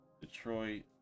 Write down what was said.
Detroit